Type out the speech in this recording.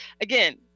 again